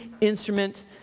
instrument